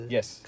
Yes